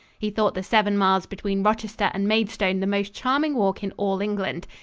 he thought the seven miles between rochester and maidstone the most charming walk in all england.